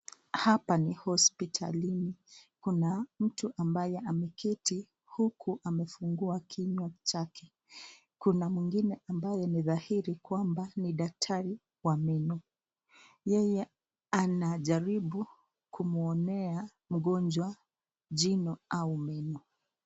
Haoa ni hospitalini, kuna mtu ambaye ameketi huku akiwa amepanua mdomo chake, kuna mwengine ni dhahiri kwamba ni daktari wa meno, yeye anajaribu kumwonea mgonjwa jino au meno.